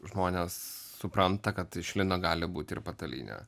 žmonės supranta kad iš lino gali būti ir patalynė